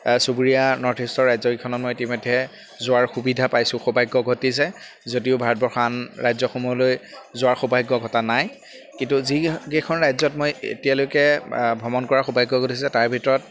চুবুৰীয়া নৰ্থ ইষ্টৰ ৰাজ্যকেইখনত মই ইতিমধ্যে যোৱাৰ সুবিধা পাইছোঁ সৌভাগ্য ঘটিছে যদিও ভাৰতবৰ্ষৰ আন ৰাজ্যসমূহলৈ যোৱাৰ সৌভাগ্য ঘটা নাই কিন্তু যি কিখন ৰাজ্যত মই এতিয়ালৈকে ভ্ৰমণ কৰাৰ সৌভাগ্য ঘটিছে তাৰ ভিতৰত